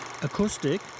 acoustic